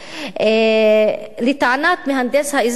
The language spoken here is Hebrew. לטענת מהנדס האזור,